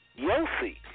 Yossi